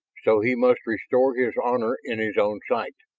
so he must restore his honor in his own sight.